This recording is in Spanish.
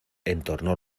entornó